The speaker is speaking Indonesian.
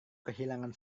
kehilangan